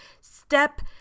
step